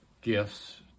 gifts